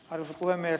arvoisa puhemies